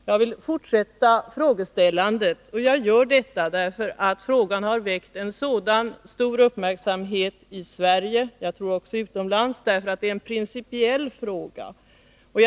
Jag vill fortsätta frågeställandet. Jag vill göra det därför att detta ärende har väckt så stor uppmärksamhet i Sverige — jag tror också utomlands — och därför att det är principiellt viktigt.